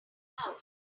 house